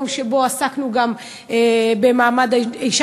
יום שבו עסקנו גם במעמד האישה,